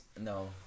No